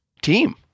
team